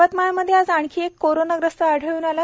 यवतमाळमध्ये आज आणखी एक कोरोनाग्रस्त आढळून आला